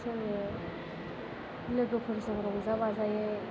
जोङो लोगोफोरजों रंजा बाजायै